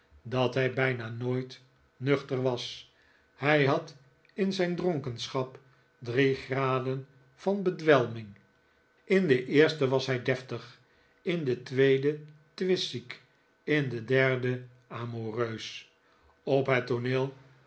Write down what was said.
dat hij bijna nooit nuchter was hij had in zijn dronkenschap drie graden van bedwelming in den eersten was hij deftig in den tweeden twistziek in den derden amoureus op het tooneel